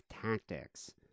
tactics